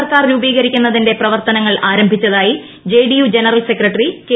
സർക്കാർ രൂപീകരിക്കുന്നതിന്റെ പ്രവർത്തനങ്ങൾ പുതിയ ആരംഭിച്ചതായി ജെഡിയു ജനറൽ സെക്രട്ടറി കെ